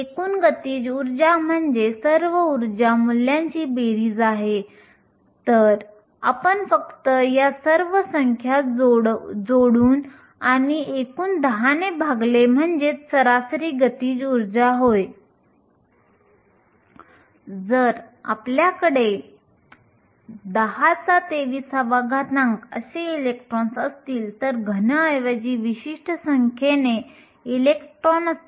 जर आपण वाहक बँड पाहिले तर आपण आधी पाहिलेल्या वाहक बँडची रुंदी Ec पासून Ec χ पर्यंत जाते जेथे χ ही इलेक्ट्रॉनची अफिनिटी आहे